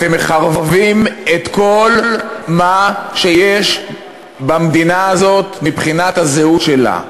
אתם מחרבים את כל מה שיש במדינה הזאת מבחינת הזהות שלה.